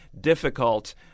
difficult